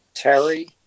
Terry